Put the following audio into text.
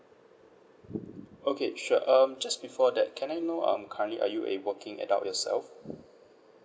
okay sure um just before that can I know um currently are you a working adult yourself